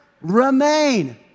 remain